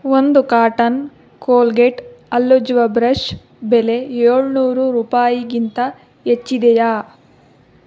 ಒಂದು carton Colgate ಹಲ್ಲುಜ್ಜುವ brush ಬೆಲೆ ಏಳ್ನೂರು ರೂಪಾಯಿಗಿಂತ ಹೆಚ್ಚಿದೆಯಾ